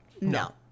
No